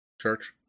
Church